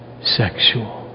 sexual